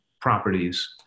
properties